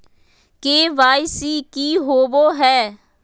KYC की होबो है?